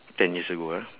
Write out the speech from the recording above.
ten years ago ah